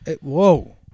Whoa